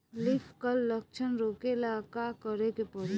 Leaf curl लक्षण रोकेला का करे के परी?